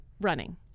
Running